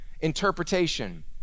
Interpretation